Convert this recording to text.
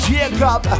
Jacob